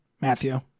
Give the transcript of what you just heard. Matthew